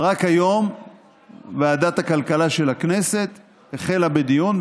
רק היום ועדת הכלכלה של הכנסת החלה בדיון,